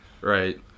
Right